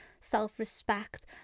self-respect